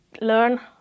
learn